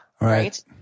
right